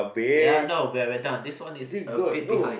ya no we're we're done this one is a bit behind